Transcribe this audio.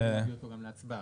נביא אותו גם להצבעה.